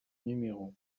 numéro